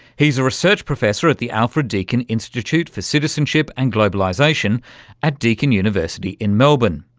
he's a research professor at the alfred deakin institute for citizenship and globalisation at deakin university in melbourne.